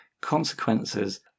consequences